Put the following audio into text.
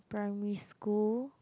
primary school